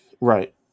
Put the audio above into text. Right